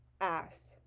Ass